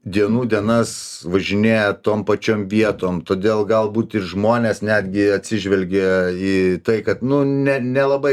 dienų dienas važinėja tom pačiom vietom todėl galbūt ir žmonės netgi atsižvelgia į tai kad nu ne nelabai